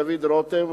דוד רותם,